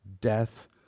death